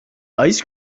ice